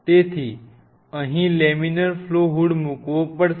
તેથી અહીં laminar flow hood મૂક વો પડશે